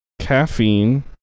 Caffeine